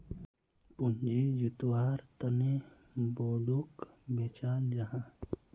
पूँजी जुत्वार तने बोंडोक बेचाल जाहा